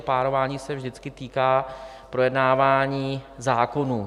Párování se zde vždycky týká projednávání zákonů.